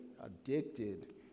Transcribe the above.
addicted